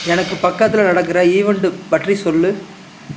எனக்கு பக்கத்தில் நடக்கிற ஈவெண்ட்டு பற்றி சொல்